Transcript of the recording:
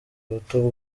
ubuto